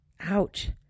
ouch